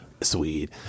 Sweet